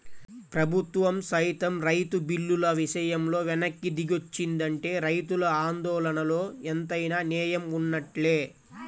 ప్రభుత్వం సైతం రైతు బిల్లుల విషయంలో వెనక్కి దిగొచ్చిందంటే రైతుల ఆందోళనలో ఎంతైనా నేయం వున్నట్లే